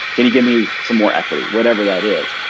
can you give me some more equity? whatever that is.